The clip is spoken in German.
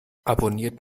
abonniert